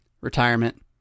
retirement